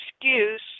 excuse